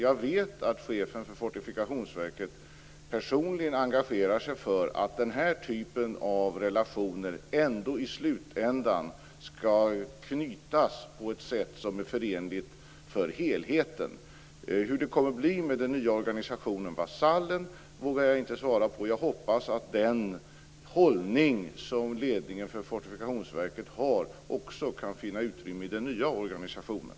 Jag vet att chefen för Fortifikationsverket personligen engagerar sig för att den här typen av relationer ändå i slutändan skall knytas på ett sätt som är förenligt med helheten. Hur det kommer att bli med den nya organisationen Vasallen vågar jag inte svara på. Jag hoppas att den hållning som ledningen för Fortifikationsverket har också kan finna utrymme i den nya organisationen.